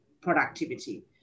productivity